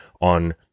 on